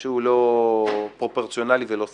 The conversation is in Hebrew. שהוא לא פרופורציונלי ולא סביר.